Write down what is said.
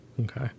okay